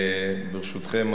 ברשותכם,